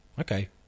Okay